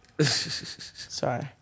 Sorry